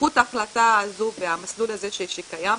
בזכות ההחלטה הזו והמסלול הזה שקיים,